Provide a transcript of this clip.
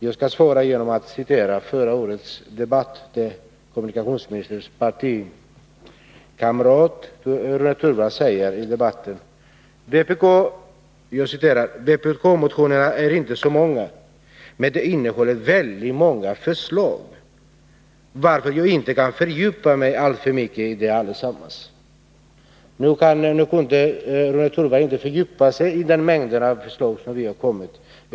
Jag skall svara genom att citera från förra årets debatt, där kommunikationsministerns partikamrat Rune Torwald säger: ”Vpk-motionerna är inte så många, men de innehåller väldigt många yrkanden, varför jag inte kan fördjupa mig alltför mycket i dem allesammans.” Rune Torwald kunde inte fördjupa sig i den mängd av förslag som vi kommit med.